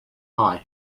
thai